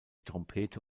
trompete